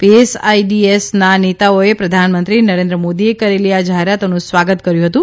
પીએસઆઇડીએસના નેતાઓએ પ્રધાનમંત્રી નરેન્દ્ર મોદીએ કરેલી આ જાહેરાતનું સ્વાગત કર્યું હતું